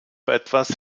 etwas